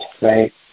right